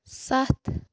سَتھ